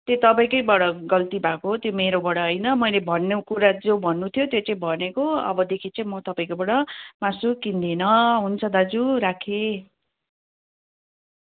त्यो तपाईँकैबाट गल्ती भएको हो त्यो मेरोबाट होइन मैले भन्नु कुरा जो भन्नु थियो त्यो चाहिँ भनेको हो अबदेखि चाहिँ म तपाईँकोबाट मासु किन्दिनँ हुन्छ दाजु राखेँ